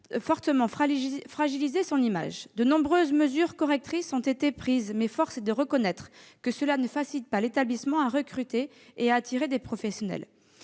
de l'établissement. De nombreuses mesures correctrices ont été prises, mais force est de reconnaître qu'elles n'aident pas l'établissement à recruter et à attirer des professionnels.